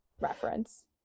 reference